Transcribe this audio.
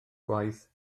gwaith